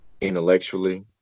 intellectually